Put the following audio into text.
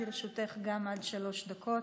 גם לרשותך עד שלוש דקות.